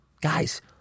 Guys